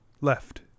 left